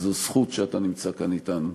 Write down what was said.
זו זכות שאתה נמצא כאן אתנו.